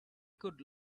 could